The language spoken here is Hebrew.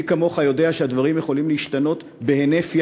מי כמוך יודע שהדברים יכולים להשתנות מייד.